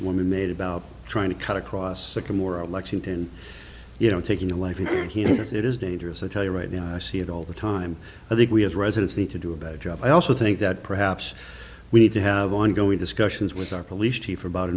women made about trying to cut across a more lexington you know taking your life if you're here it is dangerous i tell you right now i see it all the time i think we have residency to do a better job i also think that perhaps we need to have ongoing discussions with our police chief about